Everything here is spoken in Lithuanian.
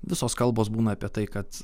visos kalbos būna apie tai kad